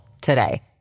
today